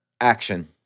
action